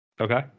Okay